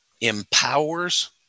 empowers